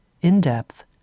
in-depth